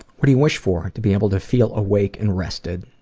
what do you wish for? to be able to feel awake and rested.